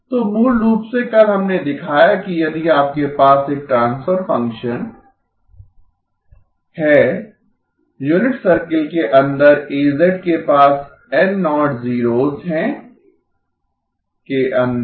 तो मूल रूप से कल हमने दिखाया कि यदि आपके पास एक transfer function H A B Hmin Hap है यूनिट सर्किल के अंदर A के पास n0 जीरोस हैं ¿ z∨¿ 1 के अंदर